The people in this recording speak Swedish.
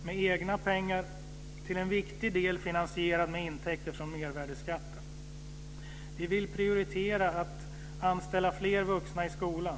Med egna pengar, till en viktig del finansierad med intäkter från mervärdesskatten, vill vi prioritera när det gäller att: ? anställa fler vuxna i skolan.